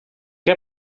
heb